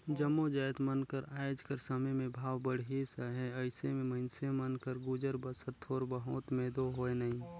जम्मो जाएत मन कर आएज कर समे में भाव बढ़िस अहे अइसे में मइनसे मन कर गुजर बसर थोर बहुत में दो होए नई